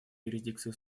юрисдикции